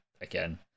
again